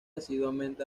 asiduamente